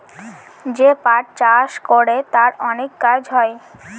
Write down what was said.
যে পাট চাষ করে তার অনেক কাজ হয়